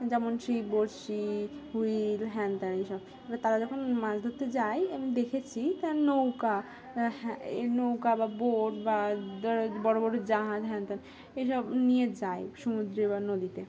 যেমন ছিপ বড়শি হুইল হ্যানত্যান এইসব এবার তারা যখন মাছ ধরতে যায় আমি দেখেছি তারা নৌকা এই নৌকা বা বোট বা ধর বড়ো বড় জাহাজ হ্যানত্যান এইসব নিয়ে যায় সমুদ্রে বা নদীতে